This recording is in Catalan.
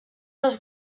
dels